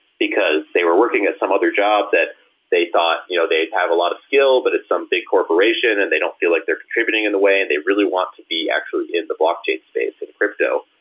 because they were working at some other job that they thought you know they have a lot of skill, but it's some big corporation and they don't feel like they're contributing in a way and they really want to be actually in the blockchain space and crypto.